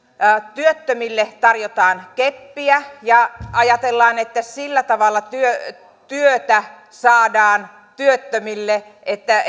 työttömille tarjotaan keppiä ja ajatellaan että sillä tavalla työtä saadaan työttömille että